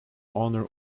honor